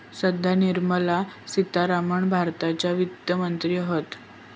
सध्या निर्मला सीतारामण भारताच्या वित्त मंत्री हत